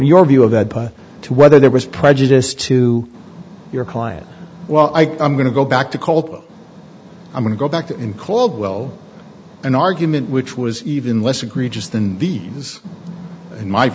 your view of that to whether there was prejudice to your client well i i'm going to go back to cold i'm going to go back to in cold well an argument which was even less egregious than he was in my